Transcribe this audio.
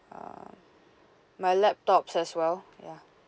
um my laptops as well ya